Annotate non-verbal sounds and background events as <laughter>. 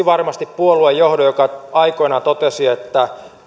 <unintelligible> varmasti puoluejohdon joka aikoinaan totesi että